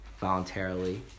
voluntarily